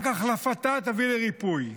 רק החלפתה תביא לריפוי.